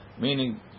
Meaning